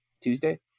Tuesday